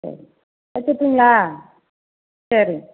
வச்சிடட்டுங்களா சரிங்க